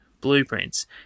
blueprints